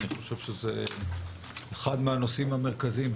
אני חושב שזה אחד מהנושאים המרכזיים,